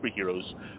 superheroes